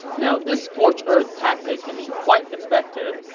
now, this scorched-earth tactic can be quite effective.